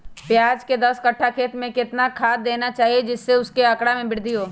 प्याज के दस कठ्ठा खेत में कितना खाद देना चाहिए जिससे उसके आंकड़ा में वृद्धि हो?